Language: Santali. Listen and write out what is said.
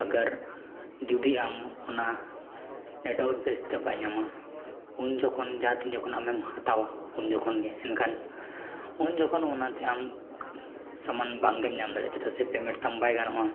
ᱟᱜᱚᱨ ᱡᱩᱫᱤ ᱟᱢ ᱚᱱᱟ ᱵᱮᱥᱛᱮ ᱵᱟᱭ ᱧᱟᱢᱟ ᱩᱱ ᱡᱚᱠᱷᱚᱱ ᱡᱟᱦᱟᱸ ᱛᱤᱱ ᱡᱚᱠᱷᱚᱱ ᱟᱢᱮᱢ ᱦᱟᱛᱟᱣᱟ ᱩᱱ ᱡᱚᱠᱷᱚᱱ ᱜᱮ ᱮᱱᱠᱷᱟᱱ ᱩᱱ ᱡᱚᱠᱷᱚᱱ ᱚᱱᱟᱛᱮ ᱟᱢ ᱥᱟᱢᱟᱱ ᱵᱟᱝᱜᱮᱢ ᱧᱟᱢ ᱫᱟᱲᱮᱭᱟᱜᱼᱟ ᱪᱮᱫᱟᱜ ᱥᱮ ᱛᱟᱢ ᱵᱟᱭ ᱜᱟᱱᱚᱜᱼᱟ